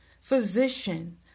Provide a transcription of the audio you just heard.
Physician